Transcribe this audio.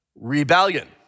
Rebellion